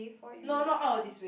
no not out of this way